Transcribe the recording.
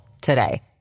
today